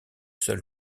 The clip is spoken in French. seule